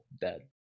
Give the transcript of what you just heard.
dead